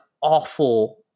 awful